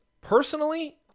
personally